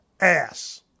ass